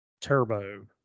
Turbo